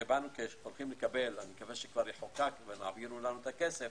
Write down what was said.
אני מקווה שהחוק יחוקק ויעבירו לנו את הכסף,